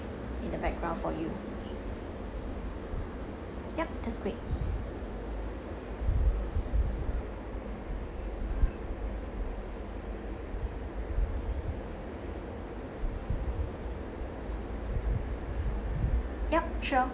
in the background for you yup that's great yup sure